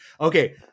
Okay